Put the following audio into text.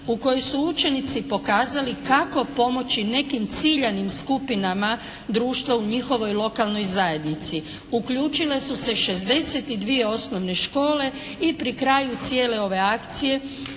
u kojoj su učenici pokazali kako pomoći nekim ciljanim skupinama društva u njihovoj lokalnoj zajednici. Uključile su se 62 osnovne škole i pri kraju cijele ove akcije